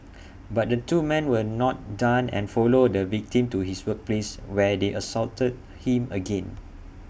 but the two man were not done and followed the victim to his workplace where they assaulted him again